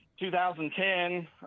2010